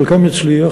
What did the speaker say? חלקם יצליח,